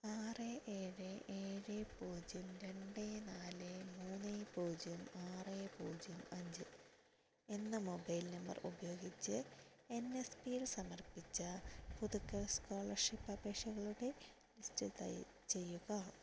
ആറ് ഏഴ് ഏഴ് പൂജ്യം രണ്ട് നാല് മൂന്ന് പൂജ്യം ആറ് പൂജ്യം അഞ്ച് എന്ന മൊബൈൽ നമ്പർ ഉപയോഗിച്ച് എൻ സ് പി യിൽ സമർപ്പിച്ച പുതുക്കൽ സ്കോളർഷിപ്പ് അപേക്ഷകളുടെ ലിസ്റ്റ് ചെയ്യുക